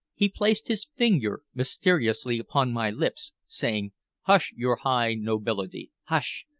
he placed his finger mysteriously upon my lips, saying hush, your high nobility, hush!